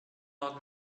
not